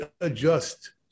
adjust